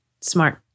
Smart